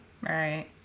Right